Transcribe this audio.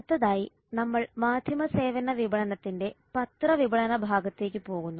അടുത്തതായി നമ്മൾ മാധ്യമ സേവന വിപണനത്തിന്റെ പത്ര വിപണന ഭാഗത്തേക്ക് പോകുന്നു